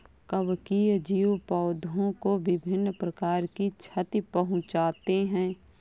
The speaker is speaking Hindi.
कवकीय जीव पौधों को विभिन्न प्रकार की क्षति पहुँचाते हैं